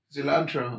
Cilantro